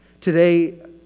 Today